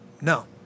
no